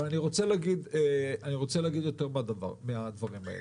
אבל אני רוצה להגיד יותר מהדברים האלה.